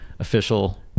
Official